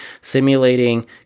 simulating